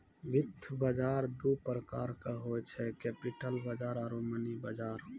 वित्त बजार दु प्रकारो के होय छै, कैपिटल बजार आरु मनी बजार